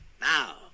Now